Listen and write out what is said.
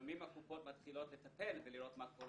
לפעמים הקופות מתחילות לטפל ולראות מה קורה